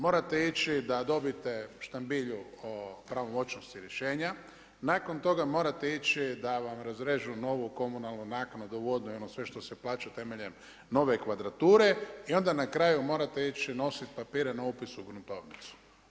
Morate ići da dobijete štambilj o pravomoćnosti rješenja, nakon toga morate ići da vam razrežu novu komunalnu naknadu vodnu i ono sve što se plaća temeljem nove kvadrature i onda na kraju morate ići nositi papire na upis u gruntovnicu.